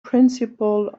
principle